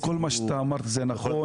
כל מה שאתה אומר זה נכון,